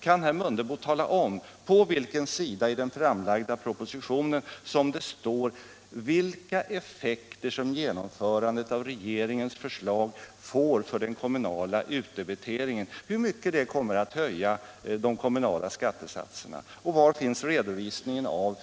Kan herr Mundebo tala om på vilken sida i den framlagda propositionen som det står vilka effekter genomförandet av regeringens förslag får för den kommunala utdebiteringen och hur mycket det kommer att höja de kommunala skattesatserna? Och var finns redovisningen av